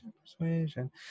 Persuasion